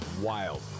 wild